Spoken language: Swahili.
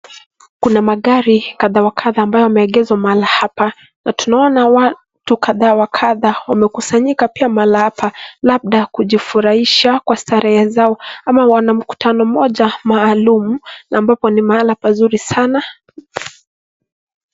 Kuna magari kadha wa kadha ambayo yameegeshwa mahali hapa atunaona watu kadha wa kadha wamekusanyika pia mahala hapa labda kujifurahisha kwa starehe zao ama wana mkutano mmoja maalum ambapo ni mahala pazuri sana.